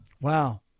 Wow